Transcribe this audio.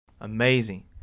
Amazing